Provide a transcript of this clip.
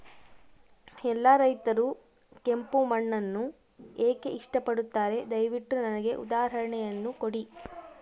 ಎಲ್ಲಾ ರೈತರು ಕೆಂಪು ಮಣ್ಣನ್ನು ಏಕೆ ಇಷ್ಟಪಡುತ್ತಾರೆ ದಯವಿಟ್ಟು ನನಗೆ ಉದಾಹರಣೆಯನ್ನ ಕೊಡಿ?